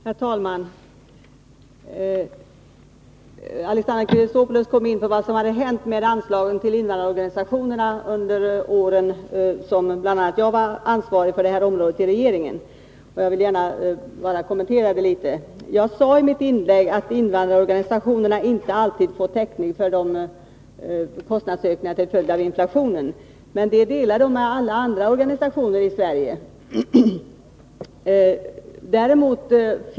Herr talman! Alexander Chrisopoulos kom in på vad som hade hänt med anslagen till invandrarorganisationerna under de år som bl.a. jag var ansvarig på det området inom regeringen. Jag vill gärna kommentera detta. Jag sade i mitt inlägg att invandrarorganisationerna inte alltid fått täckning för kostnadsökningarna till följd av inflationen. Men detta delar de med alla andra organisationer i Sverige.